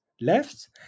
left